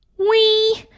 we.